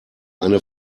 eine